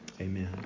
Amen